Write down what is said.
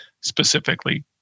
specifically